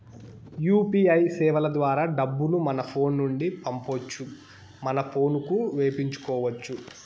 UPI సేవల ద్వారా డబ్బులు మన ఫోను నుండి పంపొచ్చు మన పోనుకి వేపించుకొచ్చు